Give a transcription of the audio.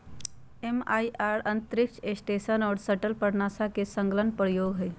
MIR अंतरिक्ष station और shuttle पर नासा के संलग्न प्रयोग हइ